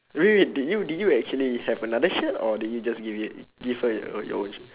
wait did you did you actually have another shirt or did you just give it give her your your own shir~